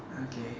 okay